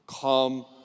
come